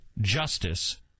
justice